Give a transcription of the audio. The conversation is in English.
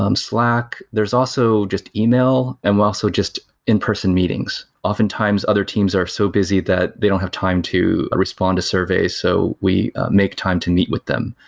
um slack, there's also just yeah e-mail and we also just in-person meetings oftentimes, other teams are so busy that they don't have time to respond to survey, so we make time to meet with them.